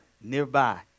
nearby